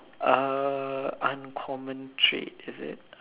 uh uncommon trait is it